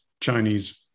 Chinese